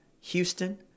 Houston